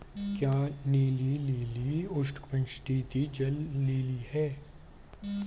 क्या नीला लिली उष्णकटिबंधीय जल लिली है?